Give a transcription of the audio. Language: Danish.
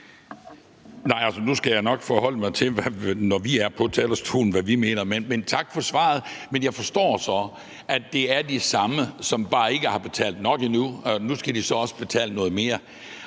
jeg er på talerstolen, forholde mig til, hvad vi mener, men tak for svaret. Men jeg forstår så, at det er de samme, som bare ikke har betalt nok endnu, og nu skal de så også betale noget mere.